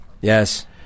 Yes